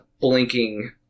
blinking